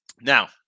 Now